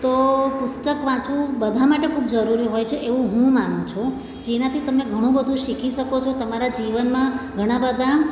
તો પુસ્તક વાંચવું બધા માટે ખૂબ જરૂરી હોય છે એવું હું માનું છું જેનાથી તમે ઘણું બધું શીખી શકો છો તમારા જીવનમાં ઘણાં બધા